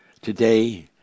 today